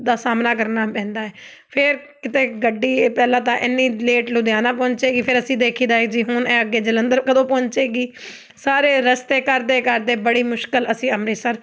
ਦਾ ਸਾਹਮਣਾ ਕਰਨਾ ਪੈਂਦਾ ਫਿਰ ਕਿਤੇ ਗੱਡੀ ਪਹਿਲਾਂ ਤਾਂ ਇੰਨੀ ਲੇਟ ਲੁਧਿਆਣਾ ਪਹੁੰਚੇਗੀ ਫਿਰ ਅਸੀਂ ਦੇਖੀਦਾ ਜੀ ਹੁਣ ਇਹ ਅੱਗੇ ਜਲੰਧਰ ਕਦੋਂ ਪਹੁੰਚੇਗੀ ਸਾਰੇ ਰਸਤੇ ਕਰਦੇ ਕਰਦੇ ਬੜੀ ਮੁਸ਼ਕਿਲ ਅਸੀਂ ਅੰਮ੍ਰਿਤਸਰ